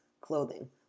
clothing